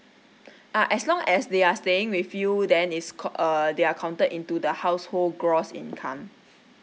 uh as long as they are staying with you then it's called err they're counted into the household gross income